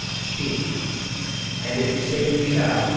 speak and if you say we shall,